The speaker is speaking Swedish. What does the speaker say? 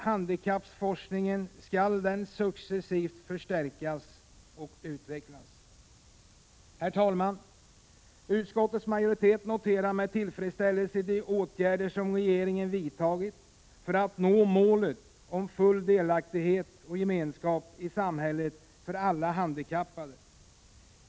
Handikappforskningen skall successivt förstärkas och utvecklas. Herr talman! Utskottets majoritet noterar med tillfredsställelse de åtgärder som regeringen har vidtagit för att nå målet om full delaktighet och gemenskap i samhället för alla handikappade.